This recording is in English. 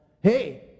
hey